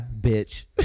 bitch